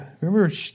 Remember